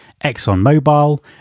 ExxonMobil